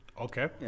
Okay